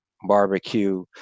barbecue